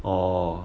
orh